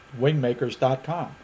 wingmakers.com